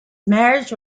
marriage